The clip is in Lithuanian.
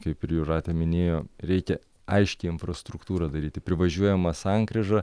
kaip ir jūratė minėjo reikia aiškią infrastruktūrą daryti privažiuojama sankryža